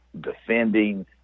defending